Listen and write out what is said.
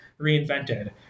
reinvented